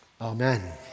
Amen